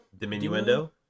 Diminuendo